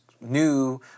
new